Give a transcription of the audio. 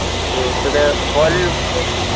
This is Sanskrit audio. अस्तु तद् फ़ाल् पैण्ट्